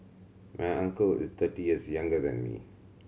my uncle is thirty years younger than me